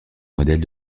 modèles